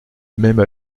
même